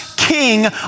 king